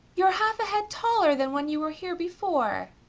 you're half a head taller than when you were here before.